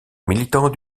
militant